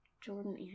jordan